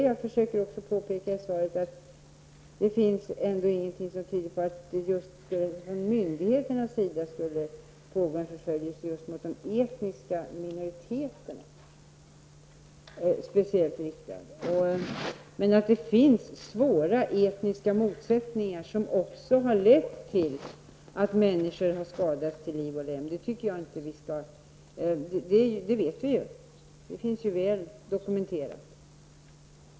Jag försöker också påpeka i svaret att det ändå inte finns någonting som tyder på att det från myndigheternas sida skulle pågå en förföljelse som är riktad just mot de etniska minoriteterna. Men att det finns svåra etniska motsättningar som också har lett till att människor har skadats till liv och lem -- det vet vi ju, det finns väl dokumenterat.